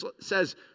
says